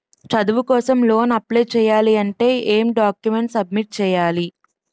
చదువు కోసం loan apply చేయాలి అంటే ఎం డాక్యుమెంట్స్ సబ్మిట్ చేయాలి?